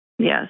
Yes